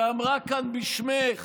שאמרה כאן בשמך